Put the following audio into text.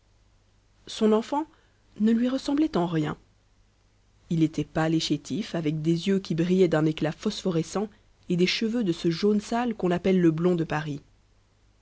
son enfant ne lui ressemblait en rien il était pâle et chétif avec des yeux qui brillaient d'un éclat phosphorescent et des cheveux de ce jaune sale qu'on appelle le blond de paris